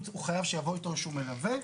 הוא חייב שיבוא איתו איזשהו מלווה.